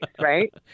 right